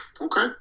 okay